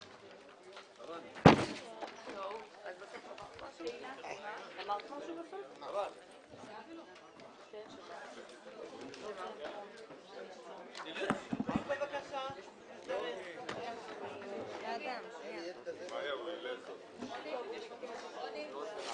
12:40.